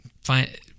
find